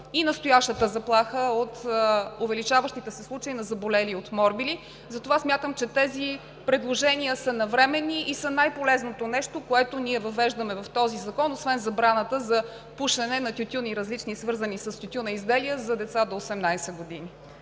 с настоящата заплаха от увеличаващите се случаи на заболели от морбили. Затова смятам, че тези предложения са навременни и са най-полезното нещо, което ние въвеждаме в този закон, освен забраната за пушене на тютюн и различни, свързани с тютюна изделия за деца до 18 години.